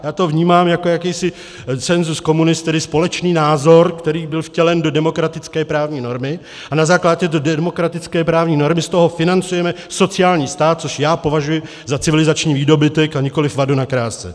Já to vnímám jako jakýsi sensus communis, tedy společný názor, který byl vtělen do demokratické právní normy, a na základě této demokratické právní normy z toho financujeme sociální stát, což já považuji za civilizační výdobytek, a nikoliv vadu na kráse.